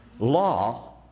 law